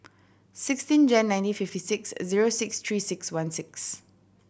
sixteen Jan nineteen fifty six zero six Three Six One six